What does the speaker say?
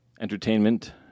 entertainment